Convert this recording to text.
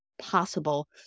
possible